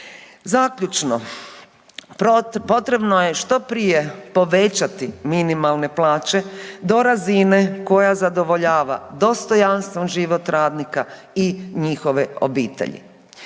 Zaključno, potrebno je što prije povećati minimalne plaće do razine koja zadovoljava dostojanstven život radnika i njihove obitelji.